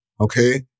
Okay